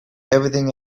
everything